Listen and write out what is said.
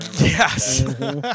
Yes